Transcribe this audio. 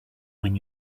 when